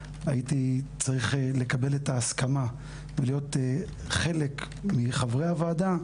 הייתי צריך לקבל את ההסכמה להיות חלק מחברי הוועדה,